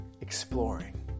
exploring